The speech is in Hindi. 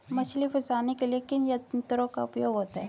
मछली फंसाने के लिए किन यंत्रों का उपयोग होता है?